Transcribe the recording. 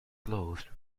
closed